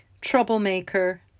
troublemaker